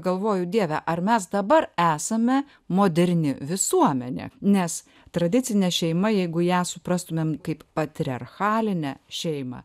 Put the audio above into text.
galvoju dieve ar mes dabar esame moderni visuomenė nes tradicinė šeima jeigu ją suprastumėm kaip patriarchalinę šeimą